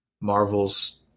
Marvel's